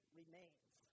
remains